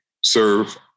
serve